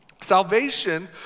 Salvation